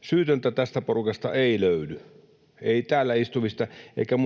Syytöntä tästä porukasta ei löydy, ei täällä istuvista eikä